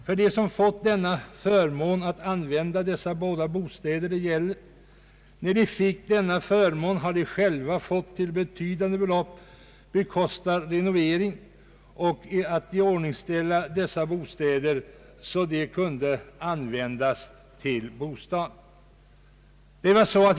När de som fått förmånen att använda de båda bostäder det här gäller fick denna förmån måste de till betydande del bekosta renovering och iordningsställande av bostäderna, så att de kunde användas för sitt ändamål.